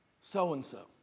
so-and-so